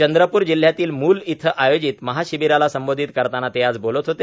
चंद्रपूर जिल्ह्यातील मूल इथं आयोजित महाशिबिराला संबोधित करताना ते आज बोलत होते